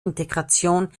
integration